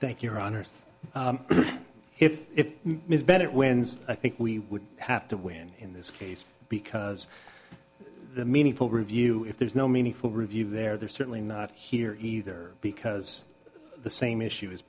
thank your honour's if it is better wins i think we would have to win in this case because the meaningful review if there's no meaningful review there they're certainly not here either because the same issue is